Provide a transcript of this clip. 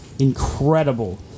incredible